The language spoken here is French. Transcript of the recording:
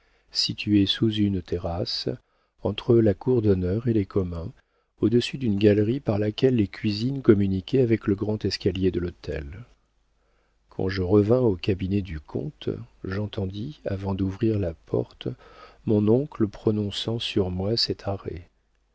situé sous une terrasse entre la cour d'honneur et les communs au-dessus d'une galerie par laquelle les cuisines communiquaient avec le grand escalier de l'hôtel quand je revins au cabinet du comte j'entendis avant d'ouvrir la porte mon oncle prononçant sur moi cet arrêt